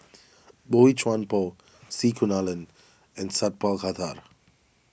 Boey Chuan Poh C Kunalan and Sat Pal Khattar